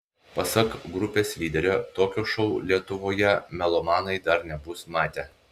pasak grupės lyderio tokio šou lietuvoje melomanai dar nebus matę